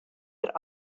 der